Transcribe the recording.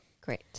Great